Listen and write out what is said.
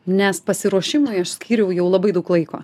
nes pasiruošimui aš skyriau jau labai daug laiko